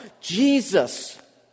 Jesus